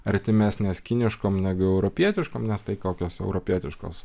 artimesnės kiniškom negu europietiškom nes tai kokios europietiškos